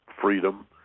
freedom